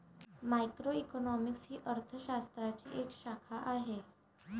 macroeconomics ही अर्थ शास्त्राची एक शाखा आहे